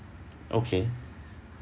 okay